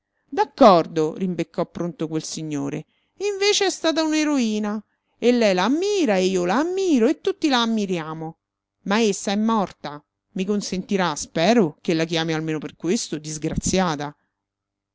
d'accordo rimbeccò pronto quel signore invece è stata un'eroina e lei la ammira e io la ammiro e tutti la ammiriamo ma essa è morta i consentirà spero che la chiami almeno per questo disgraziata